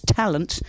talent